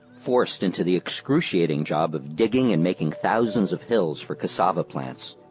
forced into the excruciating job of digging and making thousands of hills for cassava plants.